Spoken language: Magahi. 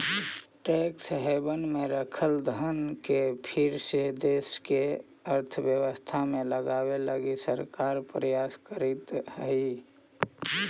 टैक्स हैवन में रखल धन के फिर से देश के अर्थव्यवस्था में लावे लगी सरकार प्रयास करीतऽ हई